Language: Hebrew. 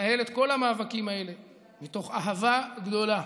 לנהל את כל המאבקים האלה מתוך אהבה גדולה